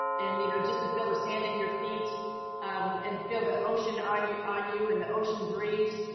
and you know just to feel the sand in your feet um and feel the ocean on you on you and the ocean breeze.